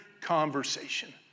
conversation